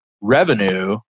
revenue